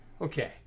Okay